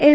M